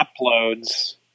uploads